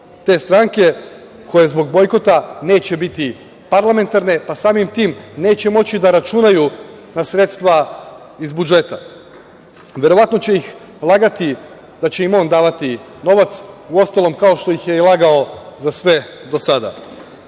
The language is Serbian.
te stranke koje zbog bojkota neće biti parlamentarne, pa samim tim neće moći da računaju na sredstva iz budžeta. Verovatno će ih lagati da će im on davati novac u ostalom kao što ih je i lagao za sve do